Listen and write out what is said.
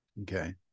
okay